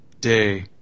Day